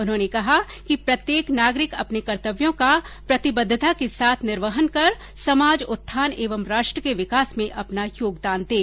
उन्होंने कहा कि प्रत्येक नागरिक अपने कर्तव्यों का प्रतिबद्धता के साथ निर्वहन कर समाज उत्थान एवं राष्ट्र के विकास में अपना योगदान दें